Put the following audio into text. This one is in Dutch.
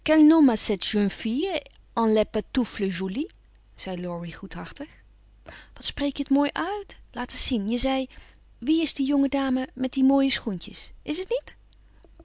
zei laurie goedhartig wat spreek je het mooi uit laat eens zien je zei wie is die jonge dame met die mooie schoentjes is t niet